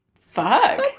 Fuck